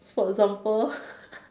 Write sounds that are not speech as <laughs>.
for example <laughs>